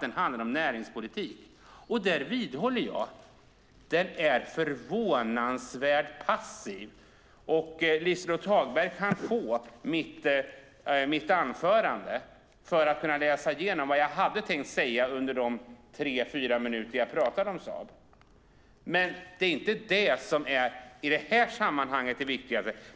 Den handlar om näringspolitik, och jag vidhåller att näringspolitiken är förvånansvärt passiv. Liselott Hagberg kan få mitt anförande för att kunna läsa igenom vad jag hade tänkt säga under de tre fyra minuter jag pratade om Saab. Men det är inte det som är det viktigaste i sammanhanget.